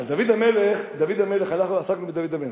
אז דוד המלך, אנחנו עסקנו בדוד המלך.